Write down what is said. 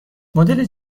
مدل